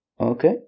Okay